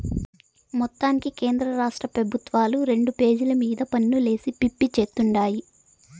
మొత్తానికి కేంద్రరాష్ట్ర పెబుత్వాలు రెండు పెజల మీద పన్నులేసి పిప్పి చేత్తుండాయి